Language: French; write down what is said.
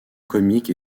comique